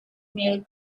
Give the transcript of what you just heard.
milk